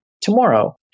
tomorrow